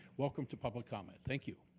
welcome to public comment, thank you.